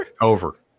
Over